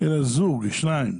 אלא זוג, שניים.